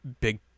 big